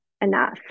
enough